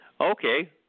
okay